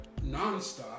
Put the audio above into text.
nonstop